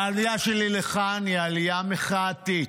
העלייה שלי לכאן היא עלייה מחאתית.